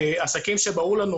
שבעסקים שברור לנו,